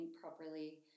properly